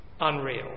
unreal